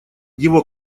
его